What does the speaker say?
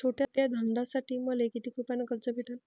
छोट्या धंद्यासाठी मले कितीक रुपयानं कर्ज भेटन?